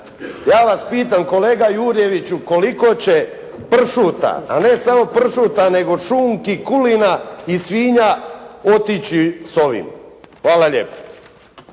Ja vas pitam kolega Jurjeviću, koliko će pršuta, a ne samo pršuta nego šunki, kulina i svinja otići s ovim? Hvala lijepo.